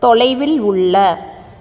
தொலைவில் உள்ள